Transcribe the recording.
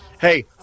Hey